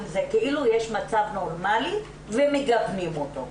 זה כאילו יש מצב נורמלי ומגוונים אותו.